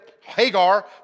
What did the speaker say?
Hagar